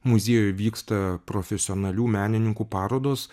muziejuj vyksta profesionalių menininkų parodos